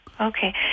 Okay